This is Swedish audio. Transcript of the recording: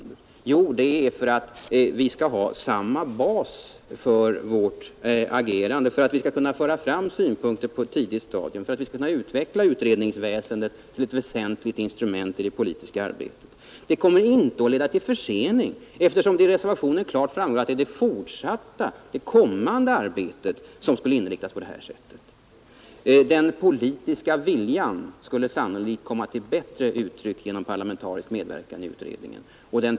Det är för att vi skall ha samma bas för vårt agerande, för att vi skall kunna föra fram synpunkter på ett tidigt stadium, för att vi skall kunna ha utredningsväsendet som ett väsentligt instrument i det politiska arbetet. Det kommer inte att leda till försening, eftersom av reservationen klart framgår att det är det kommande arbetet som skulle inriktas på det här sättet. Den politiska viljan skulle sannolikt komma till bättre uttryck genom parlamentarisk medverkan i utredningen.